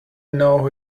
know